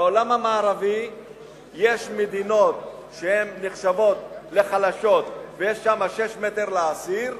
בעולם המערבי יש מדינות שנחשבות לחלשות ויש שם 6 מ"ר לאסיר,